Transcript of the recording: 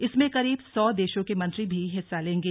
इसमें करीब सौ देशों के मंत्री भी हिस्सा लेंगे